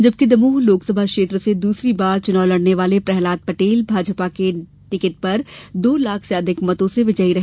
जबकि दमोह लोकसभा क्षेत्र से दूसरी बार चुनाव लड़ने वाले प्रहलाद पटेल भाजपा के टिकट पर दो लाख से अधिक मतों से विजयी रहे